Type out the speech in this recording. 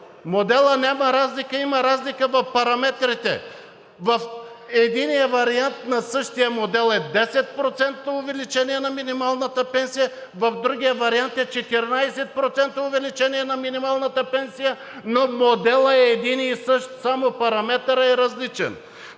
модела няма разлика, има разлика в параметрите. В единия вариант на същия модел е 10% увеличение на минималната пенсия, в другия вариант е 14% увеличение на минималната пенсия, но моделът е един и същ, само параметърът е различен.